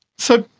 so,